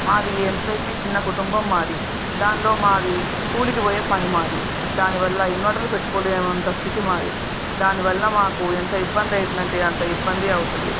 మాది ఎంతకీ చిన్న కుటుంబం మాదీ దానిలో మాది కూలికి పోయే పని మాది దాని వల్ల ఇన్వెర్టర్లు పెట్టుకోలేనంత స్థితి మాది దాని వలన మాకు ఎంత ఇబ్బంది అవుతుందంటే అంత ఇబ్బంది అవుతుంది